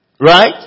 Right